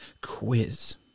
quiz